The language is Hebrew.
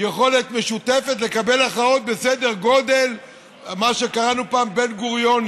אתם אמורים לשבת פה, חבר הכנסת עודה, תשב, בבקשה.